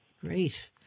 Great